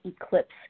eclipse